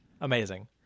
Amazing